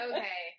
Okay